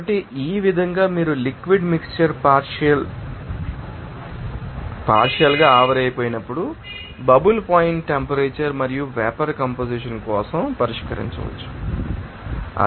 కాబట్టి ఈ విధంగా మీరు లిక్విడ్ మిక్శ్చర్ పార్షియల్ ంగా ఆవిరైపోయినప్పుడు బబుల్ పాయింట్ టెంపరేచర్ మరియు వేపర్ కంపొజిషన్ కోసం పరిష్కరించవచ్చు